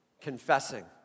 confessing